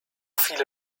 viele